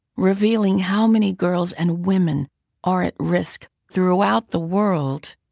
revealing how many girls and women are at risk throughout the world,